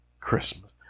Christmas